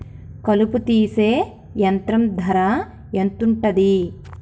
కలుపు తీసే యంత్రం ధర ఎంతుటది?